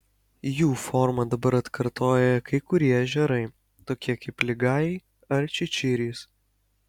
jų formą dabar atkartoja kai kurie ežerai tokie kaip ligajai ar čičirys